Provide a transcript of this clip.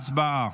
הצבעה.